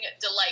delight